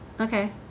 okay